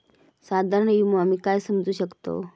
साधारण विमो आम्ही काय समजू शकतव?